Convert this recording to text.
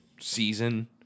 season